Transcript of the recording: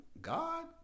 God